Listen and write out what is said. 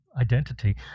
identity